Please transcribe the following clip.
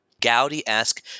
Gaudi-esque